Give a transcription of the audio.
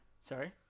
Sorry